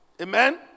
Amen